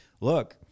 look